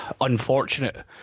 Unfortunate